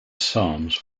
psalms